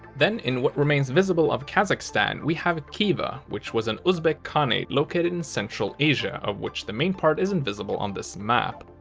then, in what remains visible of kazakhstan, we have khiva, which was an uzbek khanate located in central asia, of which the main part isn't visible on this map.